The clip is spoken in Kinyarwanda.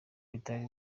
bitari